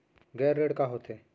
गैर ऋण का होथे?